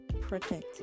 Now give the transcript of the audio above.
protect